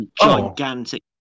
gigantic